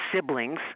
siblings